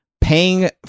paying